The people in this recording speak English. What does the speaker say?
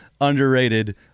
underrated